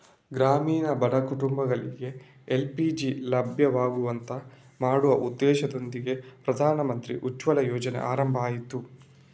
ಗ್ರಾಮೀಣ ಬಡ ಕುಟುಂಬಗಳಿಗೆ ಎಲ್.ಪಿ.ಜಿ ಲಭ್ಯವಾಗುವಂತೆ ಮಾಡುವ ಉದ್ದೇಶದೊಂದಿಗೆ ಪ್ರಧಾನಮಂತ್ರಿ ಉಜ್ವಲ ಯೋಜನೆ ಆರಂಭ ಆಯ್ತು